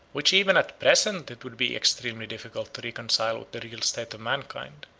which even at present it would be extremely difficult to reconcile with the real state of mankind,